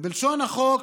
בלשון החוק,